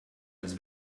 als